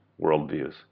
worldviews